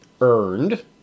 earned